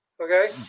Okay